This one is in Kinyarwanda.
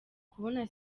kubona